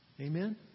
Amen